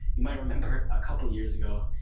you might remember a couple of years ago.